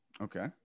Okay